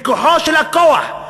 מכוחו של הכוח,